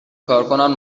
کارکنان